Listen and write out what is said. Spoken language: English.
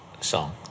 song